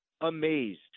amazed